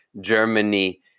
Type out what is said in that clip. Germany